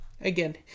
again